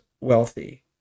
wealthy